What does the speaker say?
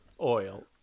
oil